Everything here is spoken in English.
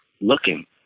looking